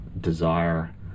desire